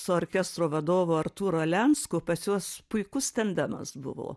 su orkestro vadovu artūru alensku pas juos puikus tandemas buvo